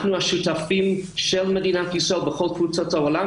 אנחנו השותפים של מדינת ישראל בכל תפוצות העולם